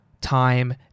time